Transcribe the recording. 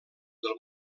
del